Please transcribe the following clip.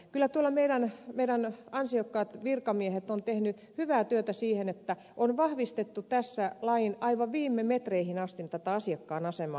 kyllä meidän ansiokkaat virkamiehet ovat tehneet hyvää työtä sen suhteen että on vahvistettu tässä lain aivan viime metreihin asti tätä asiakkaan asemaa